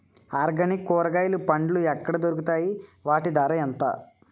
Organic కూరగాయలు పండ్లు ఎక్కడ దొరుకుతాయి? వాటి ధర ఎంత?